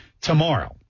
tomorrow